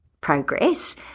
progress